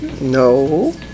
No